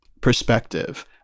perspective